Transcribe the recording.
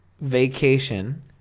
vacation